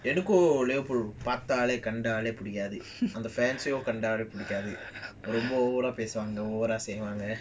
எனக்கு:enakku liverpool பார்த்தாலேகண்டாலேபிடிக்காதுஅந்தகண்டாலேபிடிக்காதுரொம்பஓவராபேசுவாங்கஓவராசெய்வாங்க:parthale kandale pidikathu romba overa pesuvanga overa seivanga